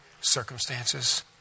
circumstances